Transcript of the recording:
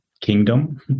Kingdom